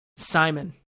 simon